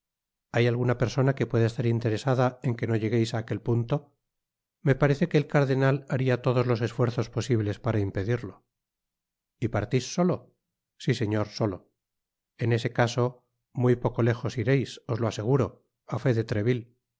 hay alguna persona que pueda estar interesada en que no llegueis á aquel punto me parece que el cardenal haria todos los esfuerzos posibles para impedirlo y partis solo si señor solo en ese caso muy poco léjos ireis os lo aseguro á fé de treville